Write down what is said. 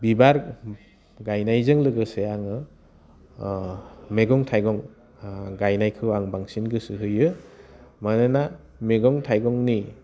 बिबार गायनायजों लोगोसे आङो मैगं थाइगं गायनायखौ आं बांसिन गोसो होयो मानोना मैगं थाइगंनि